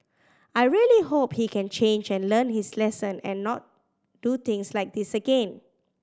I really hope he can change and learn his lesson and not do things like this again